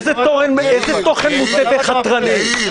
איזה תוכן מוטה וחתרני?